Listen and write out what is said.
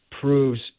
proves